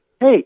hey